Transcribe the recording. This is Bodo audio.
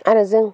आरो जों